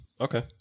Okay